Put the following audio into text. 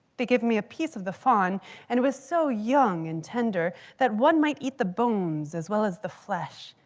they give me a piece of the fawn and it was so young and tender that one might eat the bones, as well as the flesh.